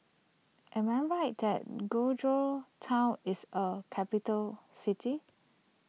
am I right that Georgetown is a capital city